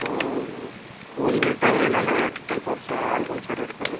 so உங்கள்கிட்ட என்னென்ன type of album sir இருக்குது